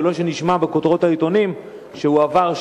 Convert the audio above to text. ולא שנשמע בכותרות העיתונים שהועבר,